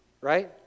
Right